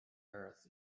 earth